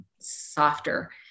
softer